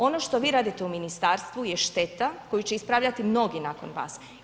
Ono što vi radite u ministarstvu je šteta koju će ispravljati mnogi nakon vas.